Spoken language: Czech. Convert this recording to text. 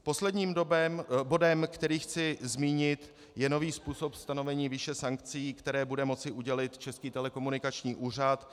Posledním bodem, který chci zmínit, je nový způsob stanovení výše sankcí, které bude moci udělit Český telekomunikační úřad.